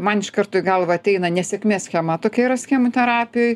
man iš karto į galvą ateina nesėkmės schema tokia yra schemų terapijoj